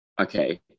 Okay